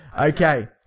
okay